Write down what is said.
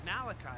Malachi